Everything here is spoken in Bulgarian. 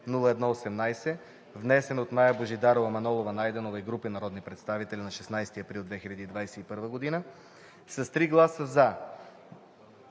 внесен от Мая Божидарова Манолова-Найденова и група народни представители нa 16 април 2021 г.; - с 3 гласа „за“,